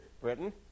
Britain